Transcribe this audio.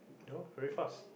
no very fast